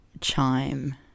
chime